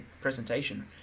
presentation